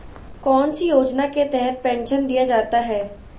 कौन सी योजना के तहत पेंसन दिया जाता है?